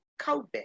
COVID